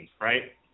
Right